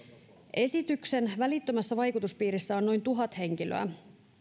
esityksen välittömässä vaikutuspiirissä on noin tuhat henkilöä